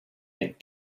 and